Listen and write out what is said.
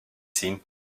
seen